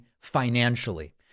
financially